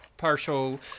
partial